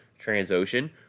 Transocean